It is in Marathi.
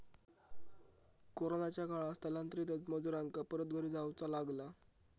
कोरोनाच्या काळात स्थलांतरित मजुरांका परत घरी जाऊचा लागला